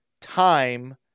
time